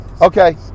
Okay